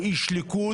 הוא איש ליכוד